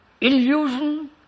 illusion